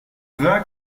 vin